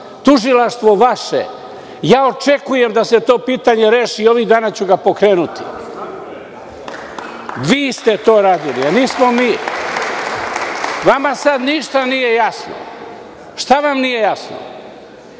tužilaštvo vaše. Očekujem da se to pitanje reši i ovih dana ću ga pokrenuti. Vi ste to radili, a ne mi. Vama sada ništa nije jasno. Šta vam nije jasno?